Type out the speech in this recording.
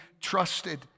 trusted